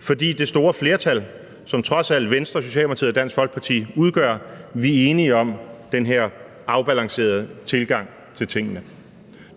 fordi det store flertal, som Venstre, Socialdemokratiet og Dansk Folkeparti trods alt udgør, er enige om den her afbalancerede tilgang til tingene.